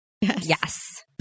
yes